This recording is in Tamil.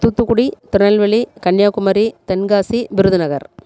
தூத்துக்குடி திருநெல்வேலி கன்னியாகுமரி தென்காசி விருதுநகர்